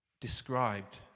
described